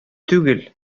түгел